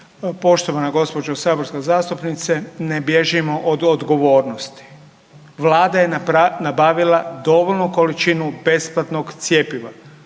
Poštovana gospođo saborska zastupnice ne bježimo od odgovornosti. Vlada je nabavila dovoljnu količinu besplatnog cjepiva.